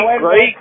great